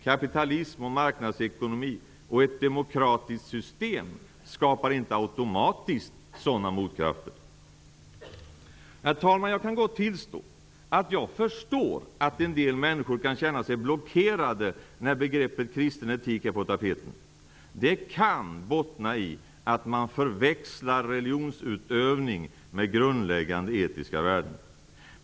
Kapitalism och marknadsekonomi samt ett demokratiskt system skapar inte automatiskt sådana motkrafter. Herr talman! Jag kan gott tillstå att jag förstår att en del människor kan känna sig blockerade när begreppet kristen etik är på tapeten. Det kan bottna i att man förväxlar religionsutövning med grundläggande etiska värden.